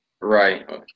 Right